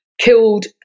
killed